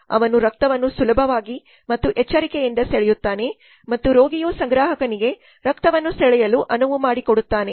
ಅವನು ರಕ್ತವನ್ನು ಸುಲಭವಾಗಿ ಮತ್ತು ಎಚ್ಚರಿಕೆಯಿಂದ ಸೆಳೆಯುತ್ತಾನೆ ಮತ್ತು ರೋಗಿಯು ಸಂಗ್ರಾಹಕನಿಗೆ ರಕ್ತವನ್ನು ಸೆಳೆಯಲು ಅನುವು ಮಾಡಿಕೊಡುತ್ತಾನೆ